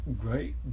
great